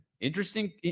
interesting